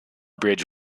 bridge